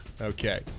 Okay